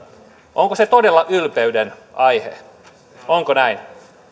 onko se todella ylpeyden aihe onko näin